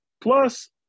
Plus